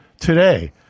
Today